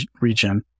region